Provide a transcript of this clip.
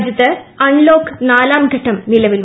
രാജ്യത്ത് അൺലോക്ക് നാലാം ഘട്ടം നിലവിൽ വന്നു